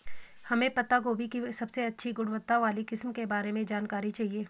हमें पत्ता गोभी की सबसे अच्छी गुणवत्ता वाली किस्म के बारे में जानकारी चाहिए?